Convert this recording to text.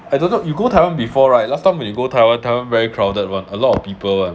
I don't know you go taiwan before right last time when you go taiwan taiwan very crowded [one] a lot of people [one]